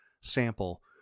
sample